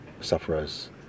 sufferers